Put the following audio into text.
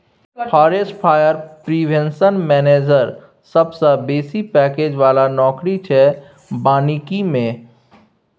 forest fire prevention manager सबसँ बेसी package बला नौकरी छै बानिकी मे